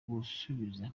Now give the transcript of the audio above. gusubiza